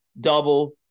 double